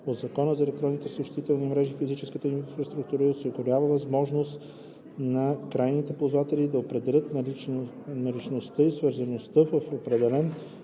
от Закона за електронните съобщителни мрежи и физическа инфраструктура осигурява възможност на крайните ползватели да определят наличността и свързаността в определен